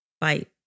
fight